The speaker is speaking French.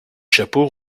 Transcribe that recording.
chapeaux